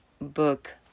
book